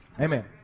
Amen